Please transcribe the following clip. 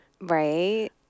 Right